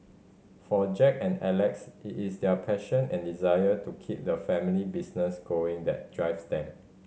for Jack and Alex it is their passion and desire to keep the family business going that drives them